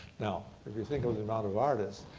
now, if you think about the amount of artists,